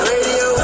Radio